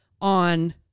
on